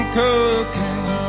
cocaine